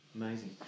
Amazing